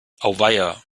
auweia